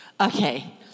Okay